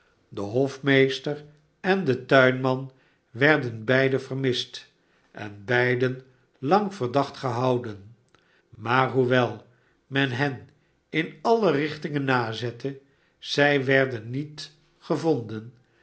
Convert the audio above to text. de hofmeester en de tubman werden beiden vermist en beiden lang verdacht gehouden maar hoewel men hen in alle richtingen nazette zij werden niet gevonden